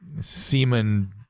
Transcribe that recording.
semen